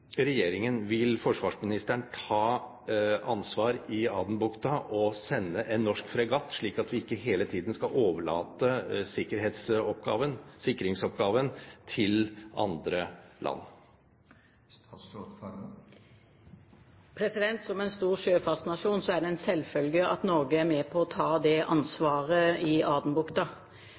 regjeringen – vil forsvarsministeren – ta ansvar i Adenbukta og sende en norsk fregatt, slik at vi ikke hele tiden skal overlate sikringsoppgaven til andre land? Som en stor sjøfartsnasjon er det en selvfølge at Norge er med på å ta det ansvaret i Adenbukta.